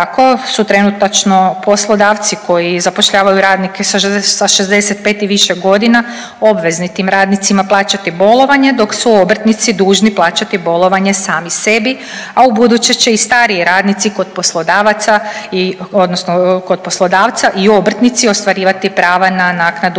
Tako su trenutačno poslodavci koji zapošljavaju radnike sa 65. i više godina obvezni tim radnicima plaćati bolovanje dok su obrtnici dužni plaćati bolovanje sami sebi, a ubuduće će i stariji radnici kod poslodavaca i odnosno kod poslodavca i obrtnici ostvarivati prava na naknadu plaće na